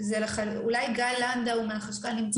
אולי גיא לנדאו מהחשכ"ל נמצא?